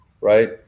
right